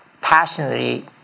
passionately